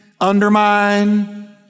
undermine